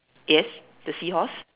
yes the seahorse